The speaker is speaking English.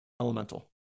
Elemental